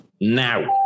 now